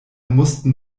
mussten